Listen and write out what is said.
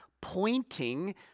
pointing